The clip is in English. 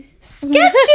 sketchy